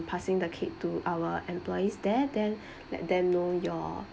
passing the cake to our employees there then let them know your